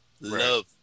Love